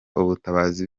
ubutabazi